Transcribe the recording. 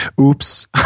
Oops